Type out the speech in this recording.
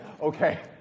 Okay